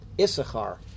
Issachar